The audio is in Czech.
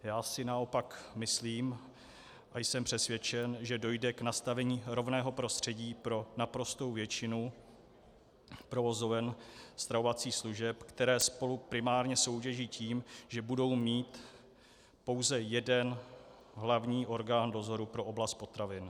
Já si naopak myslím a jsem přesvědčen, že dojde k nastavení rovného prostředí pro naprostou většinu provozoven stravovacích služeb, které spolu primárně soutěží tím, že budou mít pouze jeden hlavní orgán dozoru pro oblast potravin.